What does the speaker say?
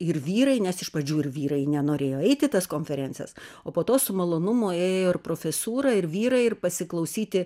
ir vyrai nes iš pradžių ir vyrai nenorėjo eit į tas konferencijas o po to su malonumu ėjo ir profesūra ir vyrai ir pasiklausyti